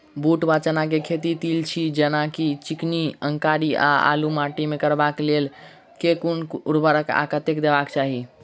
बूट वा चना केँ खेती, तेल छी जेना की चिकनी, अंकरी आ बालू माटि मे करबाक लेल केँ कुन उर्वरक आ कतेक देबाक चाहि?